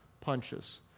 punches